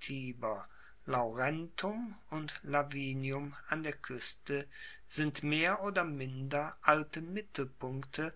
tiber laurentum und lavinium an der kueste sind mehr oder minder alte mittelpunkte